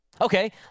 Okay